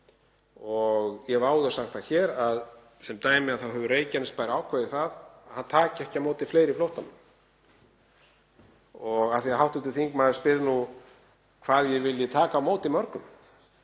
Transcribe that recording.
og ég hef áður sagt það hér að sem dæmi hefur Reykjanesbær ákveðið að hann taki ekki á móti fleiri flóttamönnum. Af því að hv. þingmaður spyr hvað ég vilji taka á móti mörgum,